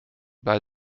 bij